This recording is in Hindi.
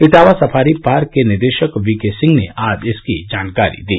इटावा सफारी पार्क के निदेशक वीके सिंह ने आज इसकी जानकारी दी